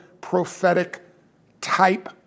prophetic-type